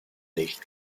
nicht